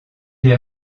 est